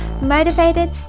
motivated